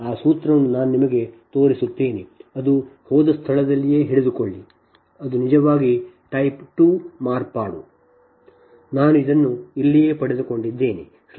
ಆ ಸೂತ್ರವನ್ನು ನಾನು ನಿಮಗೆ ತೋರಿಸುತ್ತೇನೆ ಅದು ಹೋದ ಸ್ಥಳದಲ್ಲಿಯೇ ಹಿಡಿದುಕೊಳ್ಳಿ ಇದು ನಿಜವಾಗಿ ಟೈಪ್ 2 ಮಾರ್ಪಾಡುನಾನು ಅದನ್ನು ಇಲ್ಲಿಯೇ ಪಡೆದುಕೊಂಡಿದ್ದೇನೆ